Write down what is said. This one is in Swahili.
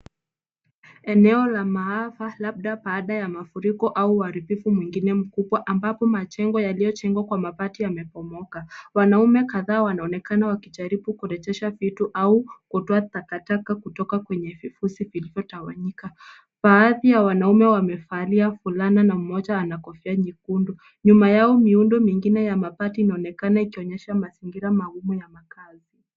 Eneo la maafa labda baada ya mafuriko au uharibifu mwingine mkubwa ambapo majengo, yaliyojengwa kwa mabati yamebomoka. Wanaume kadhaa wanaonekana wakijaribu kurejesha vitu au kutoa takataka kutoka kwenye vifusi vilivyotawanyika. Baadhi ya wanaume wamevalia fulana na mmoja ana kofia nyekundu. Nyuma yao miundo mingine ya mabati inaonekana ikionyesha mazingira magumu ya makaazi.